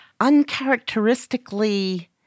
uncharacteristically